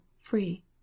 free